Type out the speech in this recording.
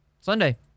Sunday